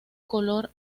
color